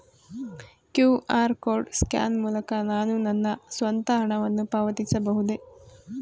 QR code scan ಮೂಲಕ ನಾನು ನನ್ನ ಸ್ವಂತ ಹಣವನ್ನು ಪಾವತಿಸಬಹುದೇ?